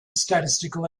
statistical